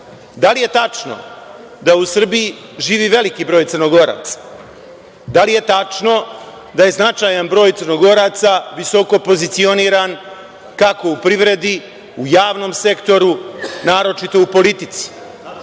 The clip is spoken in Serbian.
li je tačno da u Srbiji živi veliki broj Crnogoraca? Da li je tačno da je značajan broj Crnogoraca visoko pozicioniran, kako u privredi, u javnom sektoru, naročito u politici.